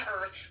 Earth